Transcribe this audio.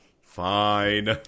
Fine